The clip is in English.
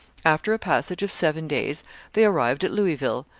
after a passage of seven days they arrived at louisville,